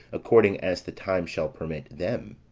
according as the time shall permit them